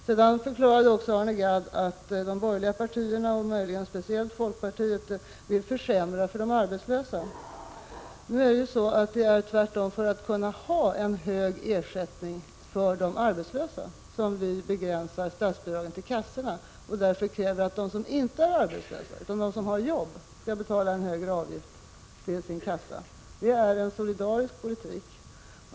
Vidare förklarade Arne Gadd att de borgerliga partierna, möjligen speciellt folkpartiet, vill försämra för de arbetslösa. Nu är det tvärtom så att vi för att möjliggöra en hög ersättning till de arbetslösa vill begränsa statsbidragen till kassorna och kräver att de medlemmar som inte är arbetslösa, dvs. de som har arbete, skall betala en högre avgift till sin kassa. Det är en solidarisk politik.